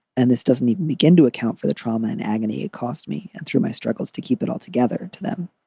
and this doesn't even begin to account for the trauma and agony it cost me and through my struggles to keep it all together to them,